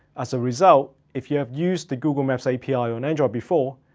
as a result, if you have used the google maps api on android before,